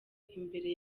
imbere